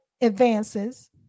advances